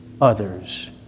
others